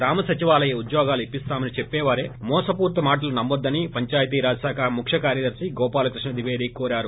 గ్రామ సచివాలయ ఉద్యోగాలు ఇప్పిస్తామని చెప్పేవారి మోసపూరిత మాటలు నమ్మొద్దని పంచాయతీ రాజ్శాఖ ముఖ్యకార్యదర్తి గోపాలకృష్ణ ద్విపేది కోరారు